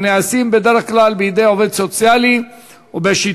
הנעשים בדרך כלל בידי עובד סוציאלי ובשיטות